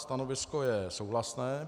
Stanovisko je souhlasné.